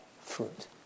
fruit